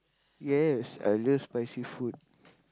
yes I love spicy food